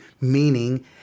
meaning